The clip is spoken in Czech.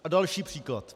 A další příklad.